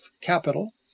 capital